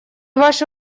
ваше